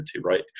right